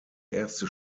erste